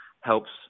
helps